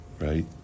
right